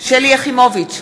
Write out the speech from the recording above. שלי יחימוביץ,